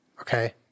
Okay